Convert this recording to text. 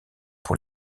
pour